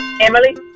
Emily